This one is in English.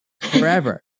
forever